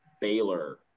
Baylor